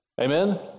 Amen